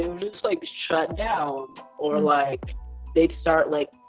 like, shut down or like they'd start, like,